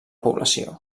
població